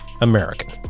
American